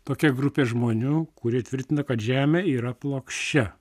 tokia grupė žmonių kurie tvirtina kad žemė yra plokščia